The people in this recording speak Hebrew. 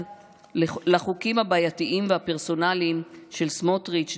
לחוקים הבעייתיים והפרסונליים של סמוטריץ',